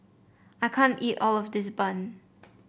I can't eat all of this bun